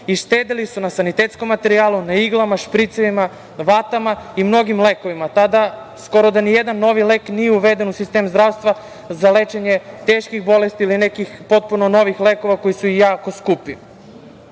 štedeli su na sanitetskom materijalu, na iglama, špricevima, vatama i mnogim lekovima. Tada skoro da nijedan novi lek nije uveden u sistem zdravstva za lečenje teških bolesti ili nekih potpuno novi lekovi koji su jako skupi. Jedan